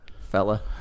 fella